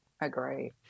agree